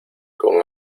con